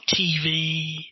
TV